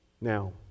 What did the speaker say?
Now